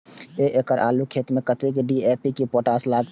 एक एकड़ आलू के खेत में कतेक डी.ए.पी और पोटाश लागते?